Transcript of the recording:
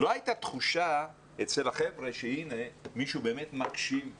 לא הייתה תחושה אצל החבר'ה שהנה מישהו באמת מקשיב לדברים.